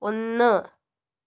ഒന്ന്